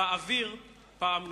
באוויר פעם נוספת.